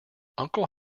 uncle